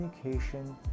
communication